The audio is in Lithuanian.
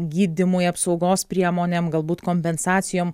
gydymui apsaugos priemonėm galbūt kompensacijom